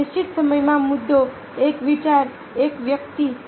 એક નિશ્ચિત સમયમાં મુદ્દો એક વિચાર એક વ્યક્તિ